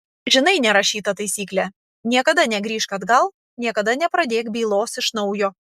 žinai nerašytą taisyklę niekada negrįžk atgal niekada nepradėk bylos iš naujo